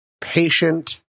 patient